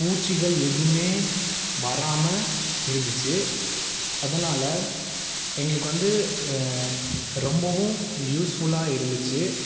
பூச்சிகள் எதுவும் வராமல் இருந்துச்சு அதனால் எங்களுக்கு வந்து ரொம்பவும் யூஸ்ஃபுல்லாக இருந்துச்சு